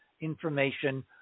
information